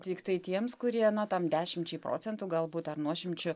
tiktai tiems kurie tam dešimčiai procentų galbūt ar nuošimčių